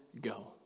go